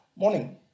Morning